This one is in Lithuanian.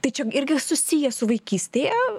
tai čia irgi susiję su vaikystėje